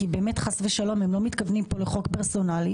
כי באמת חס ושלום הם לא מתכוונים פה לחוק פרסונלי,